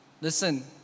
Listen